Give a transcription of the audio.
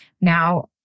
Now